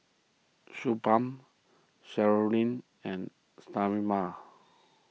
Suu Balm and Sterimar